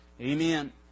Amen